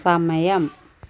സമയം